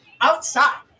outside